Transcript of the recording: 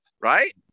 right